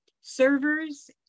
servers